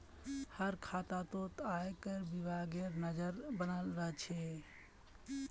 हर खातातोत पर आयकर विभागेर नज़र बनाल रह छे